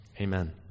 Amen